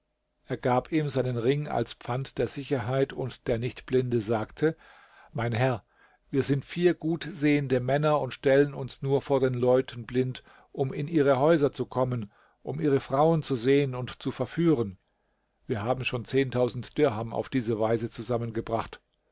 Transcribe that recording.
er gab ihm seinen ring als pfand der sicherheit und der nichtblinde sagte mein herr wir sind vier gut sehende männer und stellen uns nur vor den leuten blind um in ihre häuser zu kommen um ihre frauen zu sehen und zu verführen wir haben schon dirham auf diese weise zusammengebracht